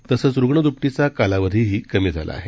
तसंच रुग्ण दूपटीचा कालावधीही कमी झाला आहे